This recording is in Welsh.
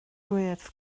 gwyrdd